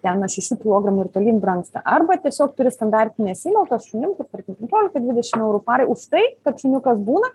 ten nuo šešių kilogramų ir tolyn brangsta arba tiesiog turi standartines įmokos šunim kaip tarkim penkiolika dvidešim eurų parai už tai kad šuniukas būna